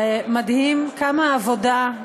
זה מדהים כמה עבודה,